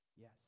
yes